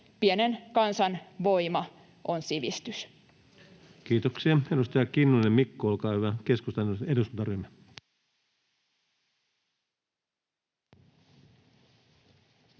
Pienen kansan voima on sivistys. Kiitoksia. — Edustaja Kinnunen, Mikko, olkaa hyvä. Keskustan eduskuntaryhmä.